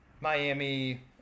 Miami